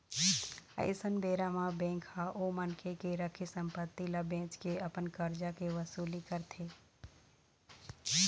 अइसन बेरा म बेंक ह ओ मनखे के रखे संपत्ति ल बेंच के अपन करजा के वसूली करथे